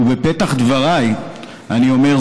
ובפתח דבריי אני אומר,